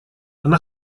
она